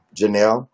Janelle